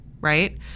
right